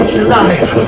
alive